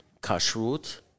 kashrut